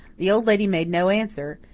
the old lady made no answer,